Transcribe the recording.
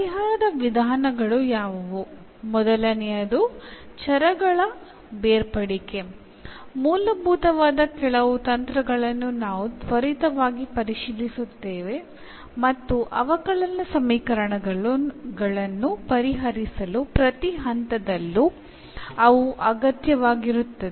differential സമവാക്യങ്ങളുടെ solution കണ്ടുപിടിക്കുന്നതിന് ആവശ്യമായ വളരെ അടിസ്ഥാനപരമായ ചില മാർഗ്ഗങ്ങൾ നമ്മൾ വേഗത്തിൽ അവലോകനം ചെയ്യും